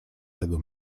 tego